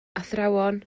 athrawon